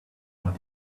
human